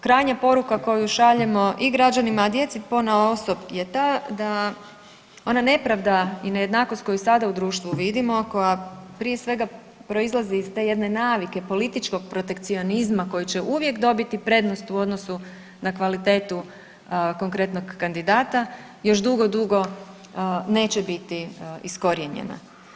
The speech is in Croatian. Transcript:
Krajnja poruka koju šaljemo i građanima, a djeci ponaosob je ta da ona nepravda i nejednakost koju sada u društvu vidimo, koja prije svega proizlazi iz te jedne navike političkog protekcionizma koji će uvijek dobiti prednost u odnosu na kvalitetu konkretnog kandidata još dugo, dugo neće biti iskorijenjena.